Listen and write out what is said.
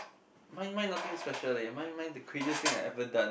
mine mine nothing special leh mine mine the craziest thing I ever done